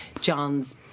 John's